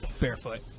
barefoot